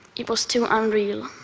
it was too unreal.